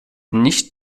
nicht